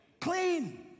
Clean